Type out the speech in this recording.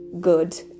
good